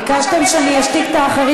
ביקשתם שאני אשתיק את האחרים.